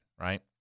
right